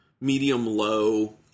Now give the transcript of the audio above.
medium-low